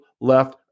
left